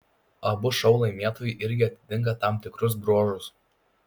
abu šou laimėtojai irgi atitinka tam tikrus bruožus